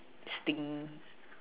sting